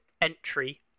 entry